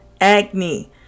acne